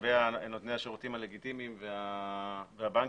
שלגבי נותני השירותים הלגיטימיים והבנקים,